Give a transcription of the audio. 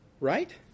right